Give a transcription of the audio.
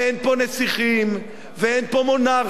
ואין פה נסיכים, ואין פה מונרכיות.